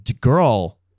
girl